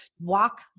Walk